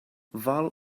vol